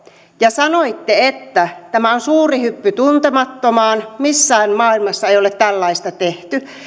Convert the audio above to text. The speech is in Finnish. ja sanoitte että tämä on suuri hyppy tuntemattomaan missään maailmassa ei ole tällaista tehty